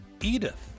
Edith